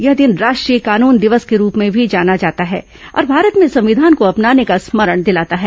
यह दिन राष्ट्रीय कानून दिवस के रूप में भी जाना जाता है और भारत में संविधान को अपनाने का स्मरण दिलाता है